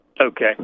Okay